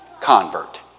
convert